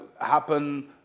happen